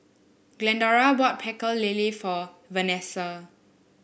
Glendora bought Pecel Lele for Vanesa